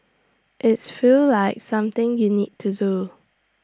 its feels like something you need to do